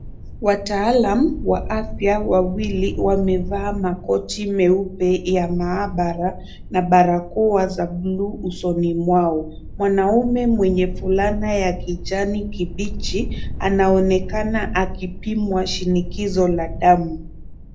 Wataalam wa afya wawili, wamevaa makoti meupe ya maabara, na barakoa za blue usoni mwao. Mwanaume mwenye fulana ya kijani kibichi, anaonekana akipimwa shinikizo la damu.